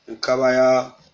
Kabaya